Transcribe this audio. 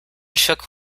shook